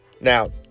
Now